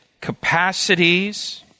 capacities